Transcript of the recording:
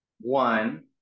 one